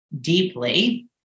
deeply